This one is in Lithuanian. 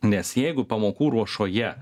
nes jeigu pamokų ruošoje